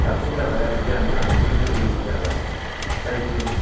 साबसिन जाबाय आरो गियान लानोबो गोरलै जाबाय जायफोर